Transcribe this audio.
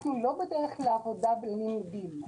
אנחנו לא בדרך לעבודה וללימודים.